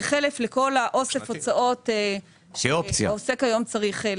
כחלף לכל אוסף ההוצאות שעוסק צריך היום --- זו אופציה?